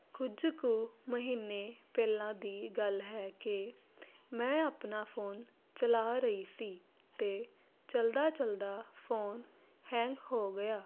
ਕੁਝ ਕੁ ਮਹੀਨੇ ਪਹਿਲਾਂ ਦੀ ਗੱਲ ਹੈ ਕਿ ਮੈਂ ਆਪਣਾ ਫੋਨ ਚਲਾ ਰਹੀ ਸੀ ਅਤੇ ਚਲਦਾ ਚਲਦਾ ਫੋਨ ਹੈਂਗ ਹੋ ਗਿਆ